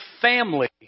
family